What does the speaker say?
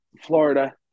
Florida